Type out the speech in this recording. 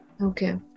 Okay